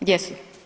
Gdje su?